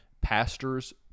pastors